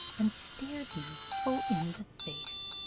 and stared me full in the face